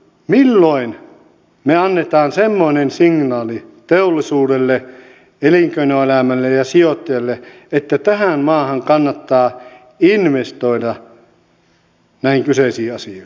milloin me annamme semmoisen signaalin teollisuudelle elinkeinoelämälle ja sijoittajille että tähän maahan kannattaa investoida näihin kyseisiin asioihin mihin viittasin